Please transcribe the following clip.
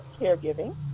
caregiving